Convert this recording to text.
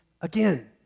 again